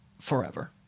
forever